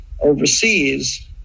overseas